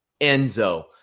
Enzo